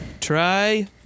Try